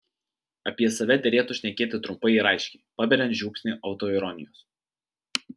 apie save derėtų šnekėti trumpai ir aiškiai paberiant žiupsnį autoironijos